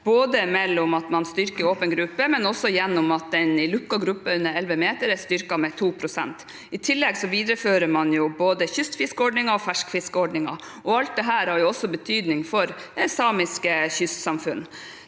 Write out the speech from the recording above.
både gjennom at man styrker åpen gruppe, og gjennom at den lukkede gruppen under 11 meter er styrket med 2 pst. I tillegg viderefører man både kystfiskeordningen og ferskfiskordningen. Alt dette har også betydning for samiske kystsamfunn.